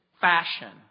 fashion